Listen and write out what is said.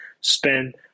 spend